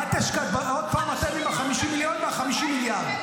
עוד פעם אתם עם ה-50 מיליון ו-50 מיליארד.